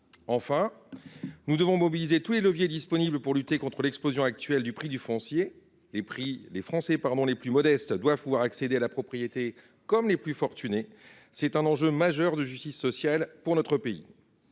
Enfin, nous devons mobiliser tous les leviers disponibles pour lutter contre l’explosion actuelle du prix du foncier. Les Français les plus modestes doivent pouvoir accéder à la propriété, comme les plus fortunés. C’est un enjeu majeur de justice sociale pour notre pays.